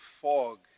fog